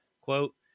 Quote